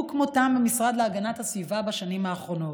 כמותם במשרד להגנת הסביבה בשנים האחרונות.